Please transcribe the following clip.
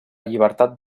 llibertat